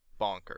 bonkers